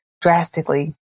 drastically